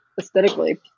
aesthetically